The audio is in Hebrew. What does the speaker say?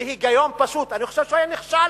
בהיגיון פשוט, אני חושב שהוא היה נכשל